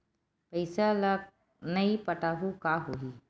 पईसा ल नई पटाहूँ का होही?